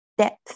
Depth